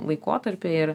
laikotarpiai ir